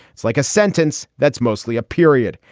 it's like a sentence that's mostly a period.